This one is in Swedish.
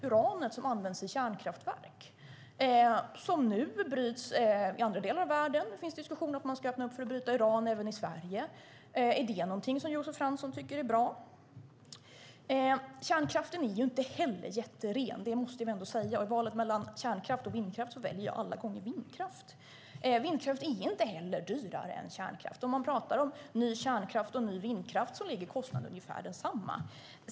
Uranet används i kärnkraftverk och bryts i andra delar av världen. Det finns diskussioner om att börja bryta uran även i Sverige. Är det något som Josef Fransson tycker är bra? Kärnkraften är inte heller ren. Det måste vi ändå säga. I valet mellan kärnkraft och vindkraft väljer jag alla gånger vindkraft. Vindkraft är inte heller dyrare än kärnkraft. När man pratar om ny kärnkraft och ny vindkraft är kostnaden ungefär densamma.